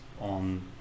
on